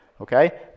okay